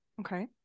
Okay